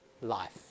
life